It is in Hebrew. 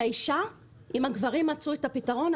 כאישה אם הגברים מצאו פתרון,